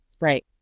Right